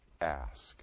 ask